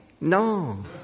No